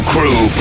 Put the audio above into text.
Crew